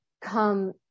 come